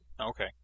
Okay